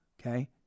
okay